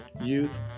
youth